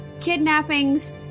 kidnappings